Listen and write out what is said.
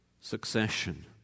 succession